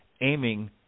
aiming